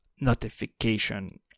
notification